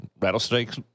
rattlesnakes